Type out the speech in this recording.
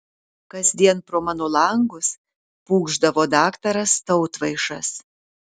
kasdien pro mano langus pūkšdavo daktaras tautvaišas